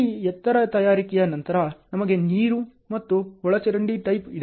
ಈ ಎತ್ತರ ತಯಾರಿಕೆಯ ನಂತರ ನಮಗೆ ನೀರು ಮತ್ತು ಒಳಚರಂಡಿ ಟ್ಯಾಪ್ ಇದೆ